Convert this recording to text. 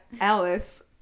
Alice